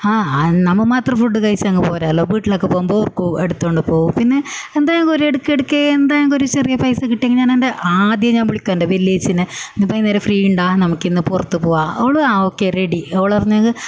ആ നമ്മൾ മാത്രം ഫുഡ് കഴിച്ചങ്ങു പോരല്ലോ വീട്ടിലൊക്കെ പോകുമ്പോൾ ഓർക്ക് എടുത്തുകൊണ്ട് പോകും പിന്നെ എന്തെങ്കിലും ഒരു എടുക്ക് എടുക്ക് എന്തെങ്കിലും ഒരു ചെറിയ പൈസ കിട്ടിയെങ്കിൽ ഞാൻ എൻ്റെ ആദ്യം ഞാൻ വിളിക്കുക എൻ്റെ വലിയ ചേച്ചീനെ ഇപ്പം നേരം ഫ്രീ ഉണ്ടോ നമുക്കിന്ന് പുറത്തു പോകാം ഓൾ ആ ഓക്കെ റെഡി ഓൾ പറഞ്ഞെങ്കിൽ